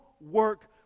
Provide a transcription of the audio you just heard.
work